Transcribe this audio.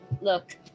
look